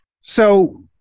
So-